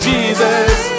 Jesus